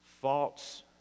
false